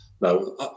no